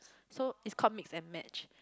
so it's called Mix and Match